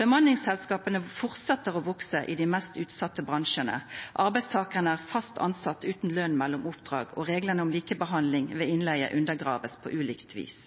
Bemanningsselskapene fortsetter å vokse i de mest utsatte bransjene, arbeidstakerne er «fast ansatt uten lønn mellom oppdrag», og reglene om likebehandling ved innleie undergraves på ulikt vis.